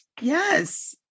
Yes